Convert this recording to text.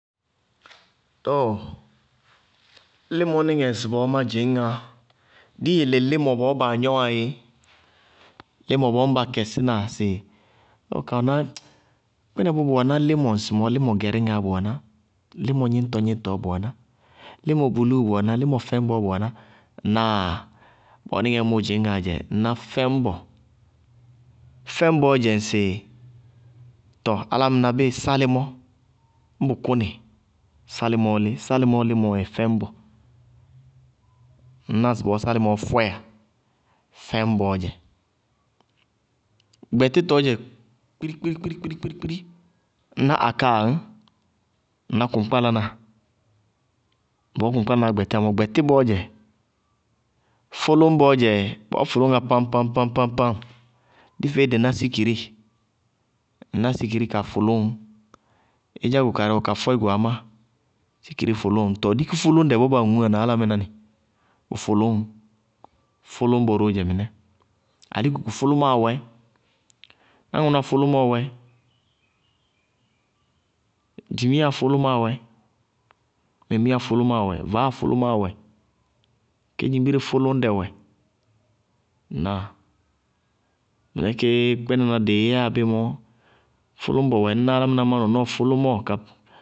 Tɔɔ límɔníŋɛ ŋsɩbɔɔ má dzɩñŋá, dí yele límɔ bɔɔ baa gnɔwá éé, límɔ bɔɔ ñ ba kɛsína sɩ óo ka ná kpínɛ bɔ bʋ wɛná límɔ ŋsɩmɔɔ, límɔ gɛríŋaá bʋ wɛná, límɔ gníñtɔ-gníñtɔɔ bʋ wɛná, límɔ bulúu bʋ wɛná, límɔ fɛñbɔɔ bʋ wɛná, ŋnáa? Bɔɔ níŋɛɛ mʋʋ dzɩñŋá dzɛ ŋná fɛñbɔ, fɛñbɔɔ dzɛ ŋsɩ álámɩná bíɩ bʋ kʋnɩ, sálɩmɔɔ lí, sálɩmɔ límɔɔ dzɛ fɛñbɔ. Ŋná ŋsɩbɔɔ salɩmɔɔ fɔɛyá, fɛñbɔɔ dzɛ. Gbɛtítɔɔ dzɛ kpírikpírí, ŋná aká añ, ŋná kʋŋkpálaná? Ŋsɩbɔɔ kʋŋkpálanáá gbɛtíya gbɛtíbɔɔ dzɛ. Fʋlʋñbɔ, fʋlʋñbɔɔ bɔɔ fʋlʋñŋá páñ-páñ-páñ, dí feé dɩ ná sikiri, dɩ ná sikiri, ka fʋlʋñŋ, ídzá go karɩ wɛ ka fɔɛ go amá sikiri fʋlʋñŋá. Tɔɔ dúkúfʋlʋñdɛ nɩ bɔɔ baa ŋuñŋá na álámɩná nɩ, bʋ fʋlʋñŋ, fʋlʋñbɔ dzɛ mɩnɛ, alikuku fʋlʋmáa wɛ, náŋʋná fʋlʋmɔɔ wɛ dzimiya fʋlʋmáa wɛ, vaáa fʋlʋmáa wɛ, kedzimbire fʋlʋñdɛ wɛ. Ŋnáa? Mɩnɛ kéé kpínaná dɩɩ yɛyá bí mɔ, fʋlʋñbɔ, ŋñ ná álámɩná má nɔnɔɔ fʋlʋmɔɔ.